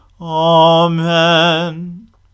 Amen